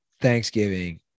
Thanksgiving